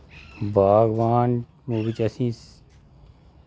बागवान मूवी च असें